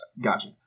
Gotcha